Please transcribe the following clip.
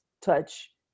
touch